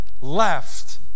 left